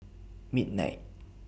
midnight